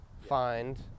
find